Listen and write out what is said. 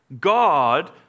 God